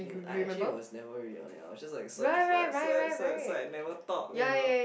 mm I actually was never really on it I will just like swipe swipe swipe swipe swipe and never talk you know